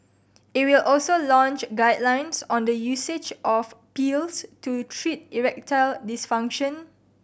it will also launch guidelines on the usage of pills to treat erectile dysfunction